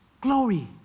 glory